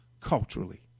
culturally